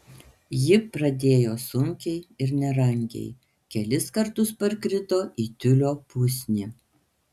ji pradėjo sunkiai ir nerangiai kelis kartus parkrito į tiulio pusnį